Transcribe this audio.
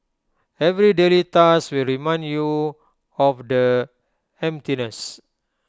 every daily task will remind you of the emptiness